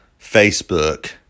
Facebook